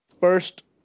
first